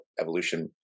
evolution